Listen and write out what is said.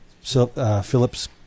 Phillips